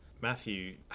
Matthew